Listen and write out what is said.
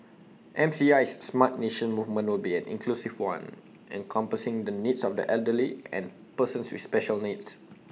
MCI's Smart Nation movement will be an inclusive one encompassing the needs of the elderly and persons with special needs